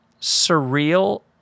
surreal